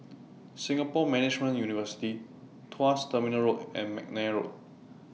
Singapore Management University Tuas Terminal Road and Mcnair Road